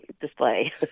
display